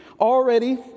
Already